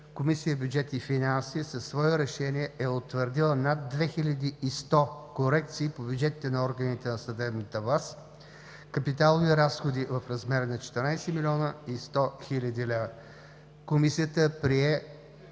Комисия „Бюджет и финанси“ със свое решение е утвърдила над 2100 корекции по бюджетите на органите на съдебната власт, капиталови разходи в размер на 14 млн. 100 хил. лв. Комисията прие